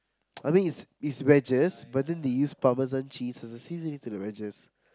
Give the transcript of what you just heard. I mean it's it's wedges but then they use parmesan cheese as a seasoning to the wedges